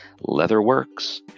Leatherworks